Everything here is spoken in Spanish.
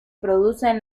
producen